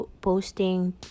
posting